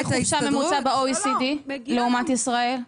חופשה ממוצעים יש ב-OECD לעומת ישראל?